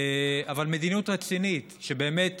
אבל מדיניות רצינית, שבאמת